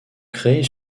créées